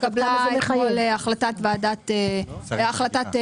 התקבלה אתמול החלטת ועדת שרים.